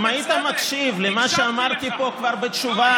אם היית מקשיב למה שאמרתי פה כבר בתשובה